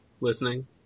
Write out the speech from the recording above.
listening